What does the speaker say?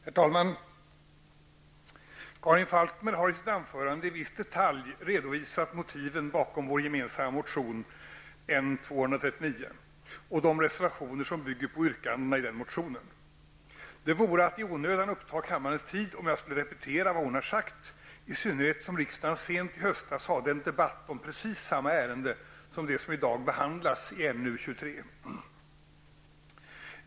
Herr talman! Karin Falkmer har i sitt anförande i viss detalj redovisat motiven bakom vår gemensamma motion N239 och de reservationer som bygger på yrkandena i denna. Det vore att i onödan uppta kammarens tid om jag skulle repetera vad hon sagt -- i synnerhet som riksdagen sent i höstas hade en debatt om precis samma ärende som det som i dag behandlas i NU23.